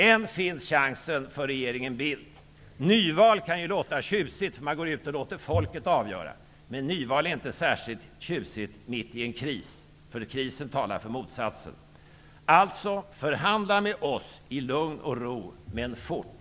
Än finns chansen för regeringen Bildt. Nyval kan låta tjusigt. Man går ut och låter folket avgöra. Men nyval är inte särskilt tjusigt mitt i en kris, för krisen talar för motsatsen. Alltså: Förhandla med oss i lugn och ro, men fort!